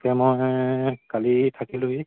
তাকে মই কালি থাকিলোহি